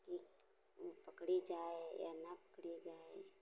कि पकड़ी जाए या न पकड़ी जाए